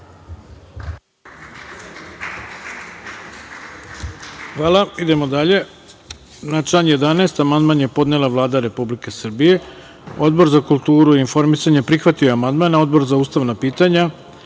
Hvala. Idemo dalje. Na član 11. amandman je podnela Vlada Republike Srbije. Odbor za kulturu i informisanje prihvatio je amandman, a Odbor za ustavna pitanje